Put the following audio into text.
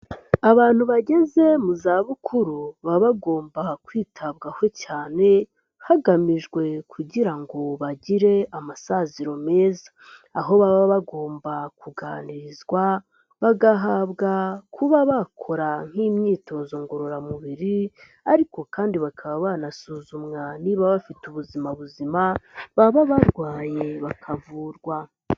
Abantu bageze mu zabukuru baba bagomba kwitabwaho cyane, hagamijwe kugira ngo bagire amasaziro meza, aho baba bagomba kuganirizwa bagahabwa kuba bakora nk'imyitozo ngororamubiri ariko kandi bakaba banasuzumwa niba bafite ubuzima , baba barwaye bakavurwa.